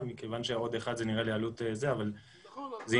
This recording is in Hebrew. כמו שבכנסת 36 איש בוועדה,